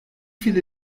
viele